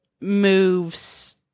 moves